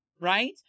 Right